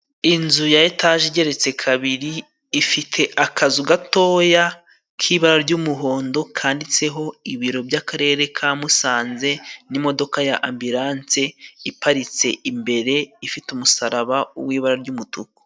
Inzu ya etaje igeretse kabiri, ifite akazu gatoya k'ibara ry'umuhondo kanditseho ibiro by'akarere ka musanze, n'imodoka ya ambilanse iparitse imbere ifite umusaraba w'ibara ry'umutuku.